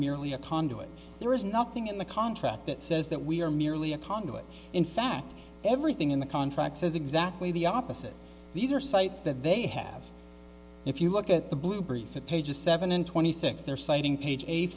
merely a conduit there is nothing in the contract that says that we are merely a conduit in fact everything in the contract says exactly the opposite these are sites that they have if you look at the blue brief it page seven in two thousand and six they're citing page eight